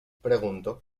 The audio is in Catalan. pregunto